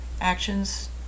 actions